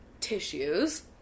tissues